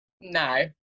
No